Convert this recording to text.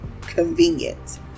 Convenient